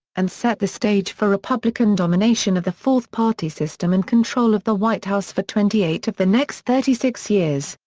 and set the stage for republican domination of the fourth party system and control of the white house for twenty eight of the next thirty six years,